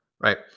Right